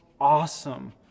awesome